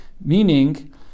Meaning